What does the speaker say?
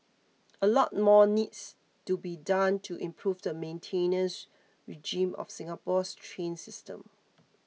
a lot more needs to be done to improve the maintenance regime of Singapore's train system